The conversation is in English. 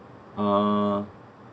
uh